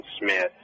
Smith